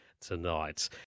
tonight